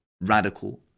Radical